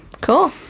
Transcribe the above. Cool